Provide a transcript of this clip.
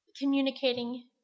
communicating